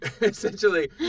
Essentially